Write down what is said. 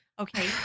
Okay